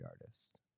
artist